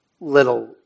little